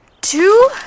Two